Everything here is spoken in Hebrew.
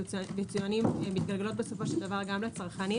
והיצואנים מתגלגלות בסופו של דבר גם לצרכנים.